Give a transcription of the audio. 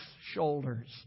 shoulders